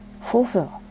fulfill